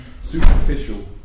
superficial